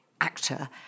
actor